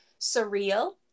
surreal